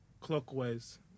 clockwise